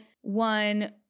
one